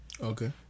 Okay